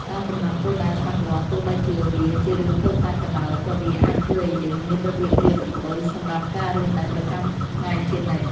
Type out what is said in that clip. ការកំណត់គោលដៅច្បាស់លាស់ទោះបីជាវាជារឿងតូចតាចក៏ដោយក៏វាអាចជួយឱ្យយើងមានរបៀបរៀបរយសម្រាប់ការរស់នៅប្រចាំថ្ងៃជានិច្ច។